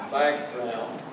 background